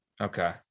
okay